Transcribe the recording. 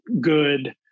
good